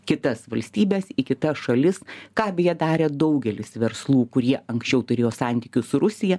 kitas valstybes į kita šalis ką beje darė daugelis verslų kurie anksčiau turėjo santykių su rusija